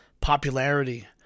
popularity